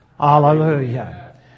Hallelujah